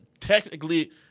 technically